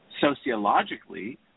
sociologically